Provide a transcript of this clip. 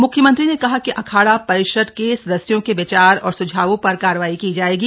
मुख्यमंत्री ने कहा कि अखाड़ा परिषद के सदस्यों के विचार और सुझावों पर कार्रवाई की जाएगी